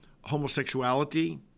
homosexuality